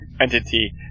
entity